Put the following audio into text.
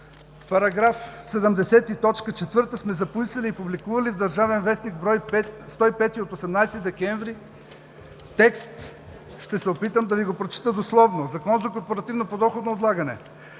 в § 70, т. 4 сме записали и публикували в „Държавен вестник“, брой 105 от 18 декември текст – ще се опитам да Ви го прочета дословно: Закон за корпоративното подоходно облагане,